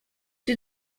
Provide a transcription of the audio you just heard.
czy